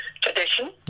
tradition